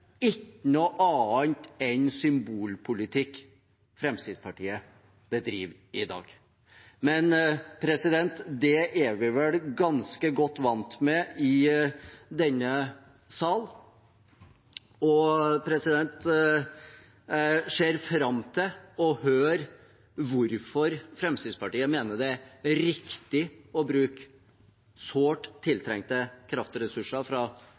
ikke noe annet enn symbolpolitikk Fremskrittspartiet bedriver i dag. Men det er vi vel ganske godt vant med i denne sal. Jeg ser fram til å høre hvorfor Fremskrittspartiet mener det er riktig å bruke sårt tiltrengte kraftressurser fra